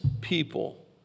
people